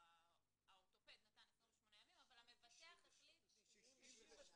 --- האורתופד נתן 28 אבל המבטח החליט -- 98.